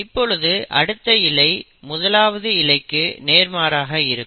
இப்பொழுது அடுத்த இழை முதலாவது இழைக்கு நேர்மாறாக இருக்கும்